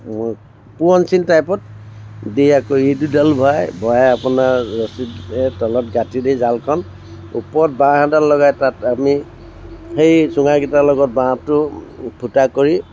পূৰণচিন টাইপত দি আকৌ ই দুডাল ভৰাই ভৰাই আপোনাৰ ৰছীৰ তলত গাঁঠি দি জালখন ওপৰত বাঁহ এডাল লগাই তাত আমি সেই চুঙাকেইটাৰ লগত বাঁহটো ফুটা কৰি